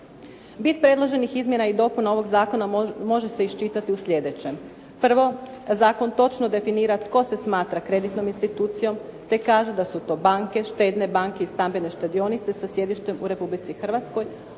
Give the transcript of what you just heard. Bit predloženih izmjena i dopuna ovog zakona može se iščitati u sljedećem. Prvo, zakon točno definira tko se smatra kreditnom institucijom, te kaže da su to banke, štedne banke i stambene štedionice sa sjedištem u Republici Hrvatskoj,